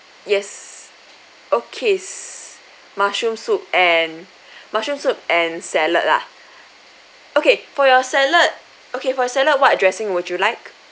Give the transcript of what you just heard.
yes okay mushroom soup and mushroom soup and salad lah okay for your salad okay for your salad what dressing would you like